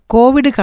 Covid